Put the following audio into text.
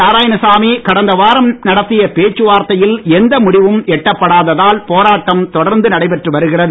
நாராயணசாமி கடந்த வாரம் நடத்திய பேச்சுவார்த்தையில் எந்த முடிவும் எட்டப்படாததால் போராட்டம் தொடர்ந்து நடைபெற்று வருகிறது